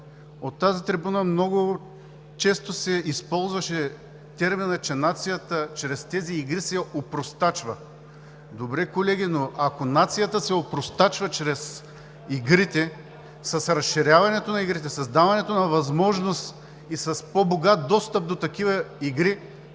От тази трибуна много често се използваше терминът, че нацията чрез тези игри се „опростачва“. Добре, колеги, но ако нацията се опростачва чрез игрите, с разширяването на игрите, със създаването на възможности за по-богат достъп до такива игри,